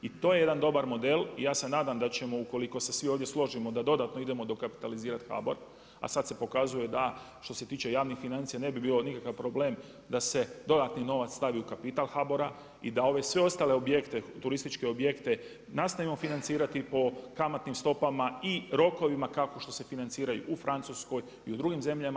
I to je jedan dobar model, ja se nadam da ćemo ukoliko se svi ovdje složimo da dodatno idemo dokapitalizirati HBOR, a sad se pokazuje da, što se tiče javnih financija ne bi bio nikakav problem da se dodatni novac stavi u kapital HBOR-a i da ove sve ostale objekte, turističke objekte nastavimo financirati po kamatnim stopama i rokovima kao što se financira i u Francuskoj i u drugim zemljama.